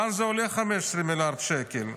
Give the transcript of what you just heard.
לאן הולכים 15 מיליארד שקל?